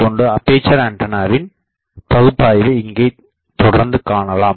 கொண்டு அப்பேசர் ஆண்டனாவின் பகுப்பாய்வை இங்கே தொடர்ந்து காணலாம்